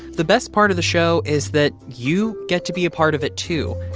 the best part of the show is that you get to be a part of it, too.